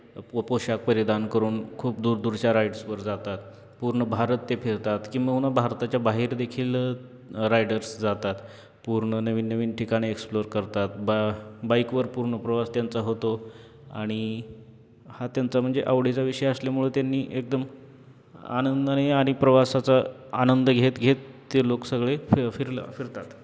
प पोशाख परिधान करून खूप दूरदूरच्या राईड्सवर जातात पूर्ण भारत ते फिरतात किंबहुना भारताच्या बाहेर देखील रायडर्स जातात पूर्ण नवीन नवीन ठिकाणी एक्सप्लोर करतात बा बाईकवर पूर्ण प्रवास त्यांचा होतो आणि हा त्यांचा म्हणजे आवडीचा विषय असल्यामुळे त्यांनी एकदम आनंदाने आणि प्रवासाचा आनंद घेत घेत ते लोक सगळे फि फिरला फिरतात